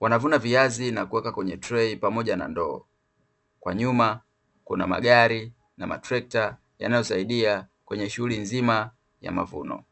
Wanavuna viazi na kuweka kwenye trei pamoja na ndoo. Kwa nyuma kuna magari na matrekta yanayosaidia kwenye shughuli nzima ya mavuno.